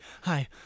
hi